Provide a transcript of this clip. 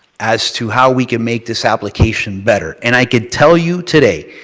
as to how we can make this application better. and i can tell you today,